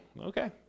Okay